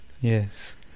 Yes